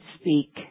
speak